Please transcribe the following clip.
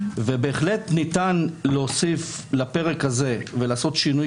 ובהחלט ניתן להוסיף לפרק הזה ולעשות שינוי